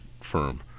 firm